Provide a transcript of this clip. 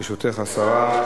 ברשותך, השרה.